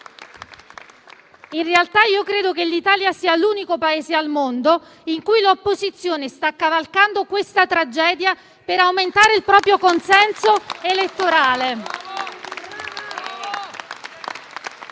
In realtà io credo che l'Italia sia l'unico Paese al mondo in cui l'opposizione sta cavalcando questa tragedia per aumentare il proprio consenso elettorale.